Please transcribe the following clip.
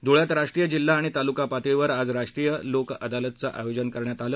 धुळ्यात राष्ट्रीय जिल्हा आणि तालुका पातळीवर आज राष्ट्रीय लोकअदालतचं आयोजन करण्यात आलं